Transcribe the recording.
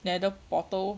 nether portal